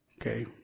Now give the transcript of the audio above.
Okay